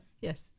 Yes